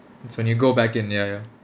it's when you go back in ya ya